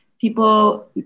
people